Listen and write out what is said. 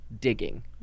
digging